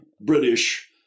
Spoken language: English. British